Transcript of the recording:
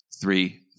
three